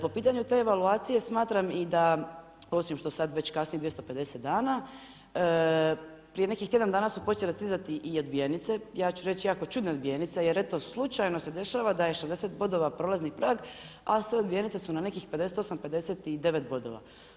Po pitanju te evaluacije smatram i da osim što sad već kasni 250 dana, prije nekih tjedan dana su počele stizati i odbijenice, ja ću reći jako čudne odbijenice, jer eto slučajno se dešava da je 60 bodova prolazni prag, a sve odbijenice su na nekih 58, 59 bodova.